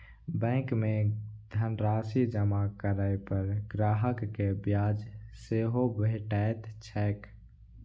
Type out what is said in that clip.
bank मे धनराशि जमा करै पर ग्राहक कें ब्याज सेहो भेटैत छैक